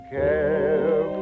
care